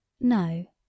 No